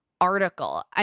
Article